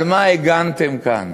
על מה הגנתם כאן?